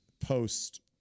post